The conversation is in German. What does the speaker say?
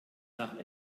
nach